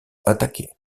attaqués